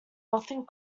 nothing